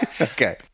Okay